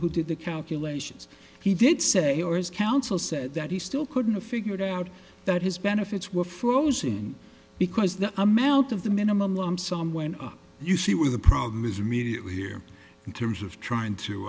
who did the calculations he did say or is counsel said that he still couldn't a figured out that his benefits were frozen because the amount of the minimum lump sum went up you see where the problem is immediately here in terms of trying to